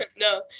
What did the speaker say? No